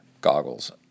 goggles